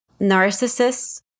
Narcissists